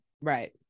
right